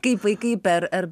kaip vaikai per ar